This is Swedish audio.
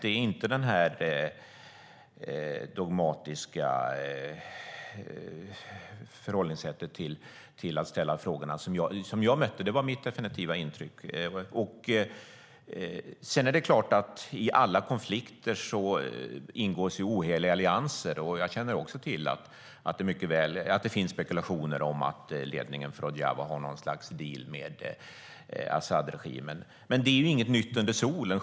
Jag har inte mött något dogmatiskt förhållningssätt till de här frågorna. Det är det definitiva intrycket, i alla fall för mig. Sedan är det klart att det ingås oheliga allianser i alla konflikter. Jag känner också till att det finns spekulationer om att ledningen för Rojava har något slags deal med Asadregimen. Men det är inget nytt under solen.